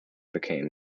became